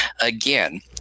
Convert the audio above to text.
again